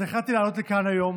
אז החלטתי לעלות לכאן היום